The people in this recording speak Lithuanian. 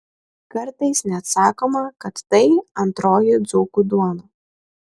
kartais net sakoma kad tai antroji dzūkų duona